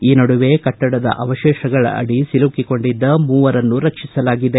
ಈ ನಡುವೆ ಕಟ್ಟಡದ ಅವಶೇಷಗಳ ಅಡಿ ಸಿಲುಕಿಕೊಂಡಿದ್ದ ಮೂವರನ್ನು ರಕ್ಷಿಸಲಾಗಿದೆ